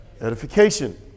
edification